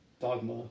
dogma